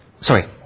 sorry